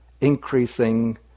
increasing